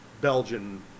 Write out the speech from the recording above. Belgian